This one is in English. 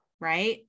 Right